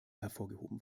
hervorgehoben